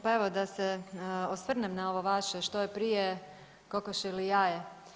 Pa evo da se osvrnem na ovo vaše što je prije kokoš ili jaje.